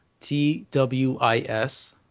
TWIS